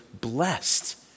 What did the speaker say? blessed